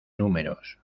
números